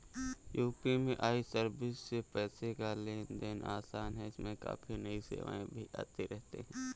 UPI service से पैसे का लेन देन आसान है इसमें काफी नई सेवाएं भी आती रहती हैं